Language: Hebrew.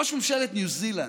ראש ממשלת ניו זילנד,